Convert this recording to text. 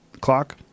Clock